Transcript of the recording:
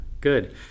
good